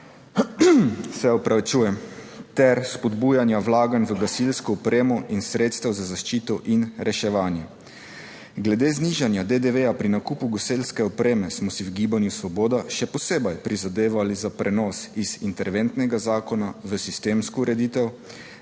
se opravičujem - ter spodbujanja vlaganj v gasilsko opremo in sredstev za zaščito in reševanje. Glede znižanja DDV pri nakupu gasilske opreme smo si v Gibanju Svoboda še posebej prizadevali za prenos iz interventnega zakona v sistemsko ureditev,